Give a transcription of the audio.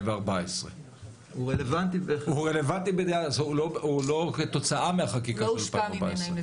2014. הוא לא כתוצאה מהחקיקה של 2014. הוא לא הושפע ממנה,